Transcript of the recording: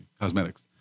cosmetics